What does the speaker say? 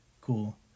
cool